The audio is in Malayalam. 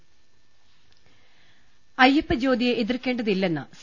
ും അയ്യപ്പജ്യോതിയെ എതിർക്കേണ്ടതില്ലെന്ന് സി